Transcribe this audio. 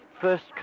first